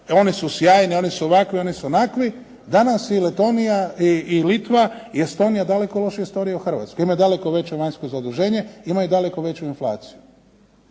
one su sjajni, oni su ovakvi, oni su onakvi. Danas i Letonija i Litva i Estonija daleko lošije stoje od Hrvatske. Imaju daleko veće vanjsko zaduženje, imaju daleko veću inflaciju.